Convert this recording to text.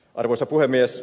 arvoisa puhemies